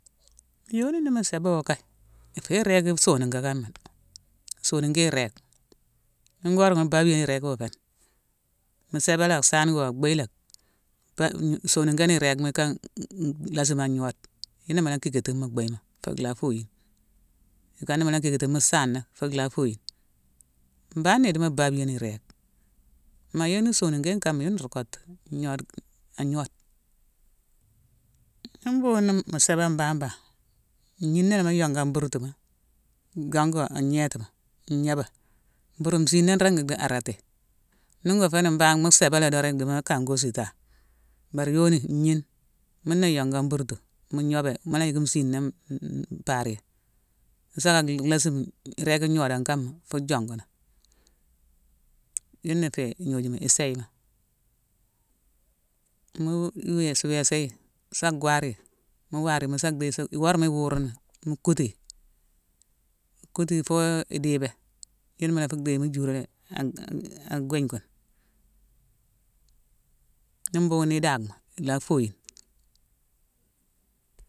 Yoni ni mu sébé wo kaye, fo iréki sonikakama dé. Sonikéne irég wune goré ghune babiyune iréki wo féni, mu sébé la aksaane wo, a bhuyi lacki, fa- m- sonikéne iégma kan- hu- hu-lasime an gnoode. Yuna mu la kékatine mu buyima fock lha foyine. I kana mu la kékatine mu saana fock lha foyine. Mbana i dimo babiyone irég. Ma yoni sonikéne kan yuna ruu kottu-gnoode-an gnoode. Ni mbunghune mu sibé mbabane, ngnina la mu yongu a burtuma, yongu a gnétima, gnoba, mburu nsina ringi di arété. Ni ngo féni mbangh mu sébé la dorong, i dimo kan ghospitale. Bar yoni, ngnine muna i yongu a burtu, mu gnobé. Mu la yick nsina m-mpariyé. Mu sa la lhassime-m-iréki gnoda kama fu jongunan. Yuna ifé ignojuma isayema. Mu wésa-wésa yi, sa gware yi, mu war yi mu sa dhéye-sa-worama iwuruni, mu kutu yi. Kutu yi foo idibé, yuna mu la fu dhéye mu juré an-an gwégne kune. Ni bhuughune i dakhmo, lhaa foyine.